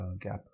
gap